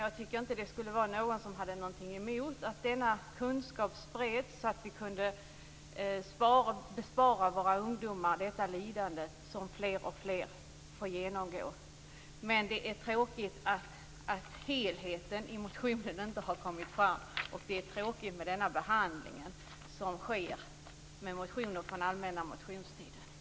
Jag tycker inte att någon borde ha något emot att denna kunskap spreds så att vi kunde bespara våra ungdomar det lidande som fler och fler får genomgå. Men det är tråkigt att helheten i motionen inte har kommit fram, och det är tråkigt med den behandling som sker av motioner från den allmänna motionstiden.